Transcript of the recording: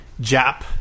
Jap